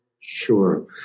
sure